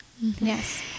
Yes